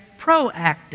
proactive